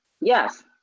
Yes